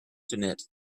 knit